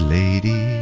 lady